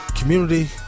community